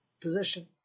position